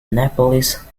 nepalese